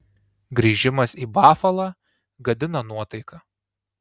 grįžimas į bafalą gadina nuotaiką